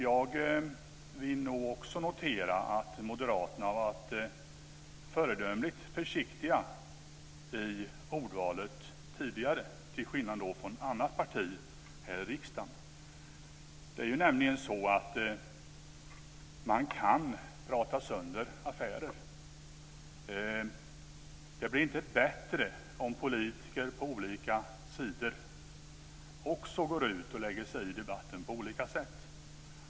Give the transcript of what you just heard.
Jag vill också notera att moderaterna varit föredömligt försiktiga i ordvalet tidigare, till skillnad från ett annat parti här i riksdagen. Det är nämligen så att man kan prata sönder affärer. Det blir inte bättre om politiker på olika sidor lägger sig i debatten på olika sätt.